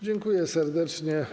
Dziękuję serdecznie.